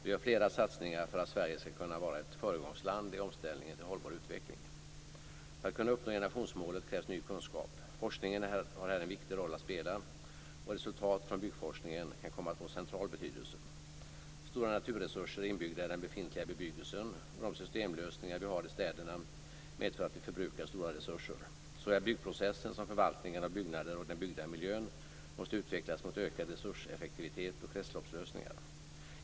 Vi gör flera satsningar för att Sverige skall kunna vara ett föregångsland i omställningen till hållbar utveckling. För att kunna uppnå generationsmålet krävs ny kunskap. Forskningen har här en viktig roll att spela och resultat från byggforskningen kan komma att få central betydelse. Stora naturresurser är inbyggda i den befintliga bebyggelsen och de systemlösningar vi har i städerna medför att vi förbrukar stora resurser. Såväl byggprocessen som förvaltningen av byggnader och den byggda miljön måste utvecklas mot ökad resurseffektivitet och kretsloppslösningar.